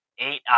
Eight